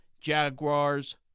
Jaguars